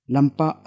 Lampa